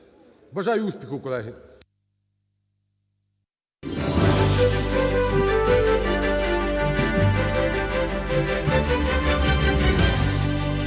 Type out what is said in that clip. Бажаю успіху, колеги.